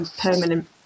permanent